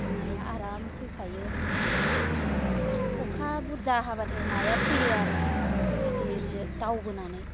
नाया आराम फैफायो बे अखा बुरजा हाबाथाय नाया फैयो आरो दै गिदिरजों दावबोनानै